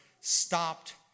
stopped